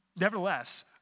Nevertheless